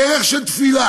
דרך של תפילה,